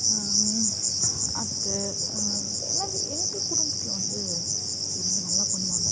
அத்தை எல்லாமே எங்கள் குடும்பத்தில் வந்து இது வந்து நல்லா பண்ணுவாங்க